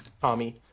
Tommy